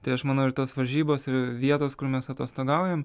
tai aš manau ir tos varžybos ir vietos kur mes atostogaujam